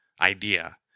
idea